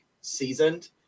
seasoned